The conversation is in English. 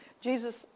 Jesus